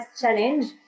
challenge